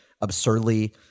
absurdly